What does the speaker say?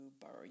borrow